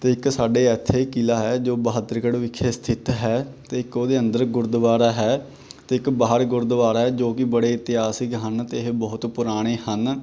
ਅਤੇ ਇੱਕ ਸਾਡੇ ਇੱਥੇ ਕਿਲ੍ਹਾ ਹੈ ਜੋ ਬਹਾਦਰਗੜ੍ਹ ਵਿਖੇ ਸਥਿਤ ਹੈ ਅਤੇ ਇੱਕ ਉਹਦੇ ਅੰਦਰ ਗੁਰਦੁਆਰਾ ਹੈ ਅਤੇ ਇੱਕ ਬਾਹਰ ਗੁਰਦੁਆਰਾ ਹੈ ਜੋ ਕਿ ਬੜੇ ਇਤਿਹਾਸਿਕ ਹਨ ਅਤੇ ਇਹ ਬਹੁਤ ਪੁਰਾਣੇ ਹਨ